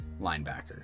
linebacker